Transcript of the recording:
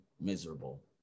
miserable